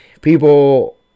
people